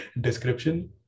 description